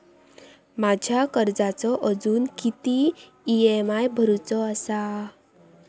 माझ्या कर्जाचो अजून किती ई.एम.आय भरूचो असा?